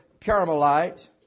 Carmelite